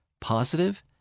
positive